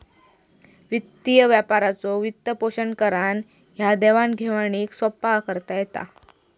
वित्तीय व्यापाराचो वित्तपोषण करान ह्या देवाण घेवाणीक सोप्पा करता येता